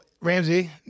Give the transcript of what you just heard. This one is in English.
Ramsey